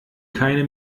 keine